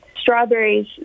strawberries